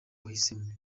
wahisemo